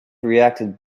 reacted